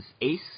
ACE